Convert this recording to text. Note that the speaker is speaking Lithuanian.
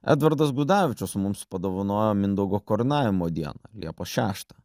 edvardas gudavičius mums padovanojo mindaugo karūnavimo dieną liepos šeštą